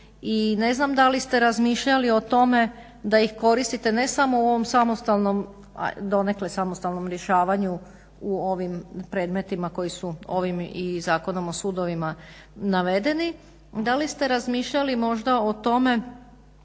ne znam da li ste razmišljali o tome da ih koristite ne samo u ovom samostalnom, donekle samostalnom rješavanju u ovim predmetima koji su ovim i Zakonom o sudovima navedeni. Da li ste razmišljali možda o tome